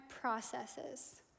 processes